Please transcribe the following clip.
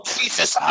Jesus